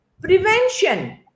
prevention